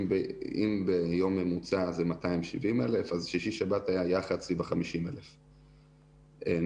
אם ביום ממוצע זה 270,000 אז בשישי-שבת יחד היה סביב ה-50,000 נסיעות.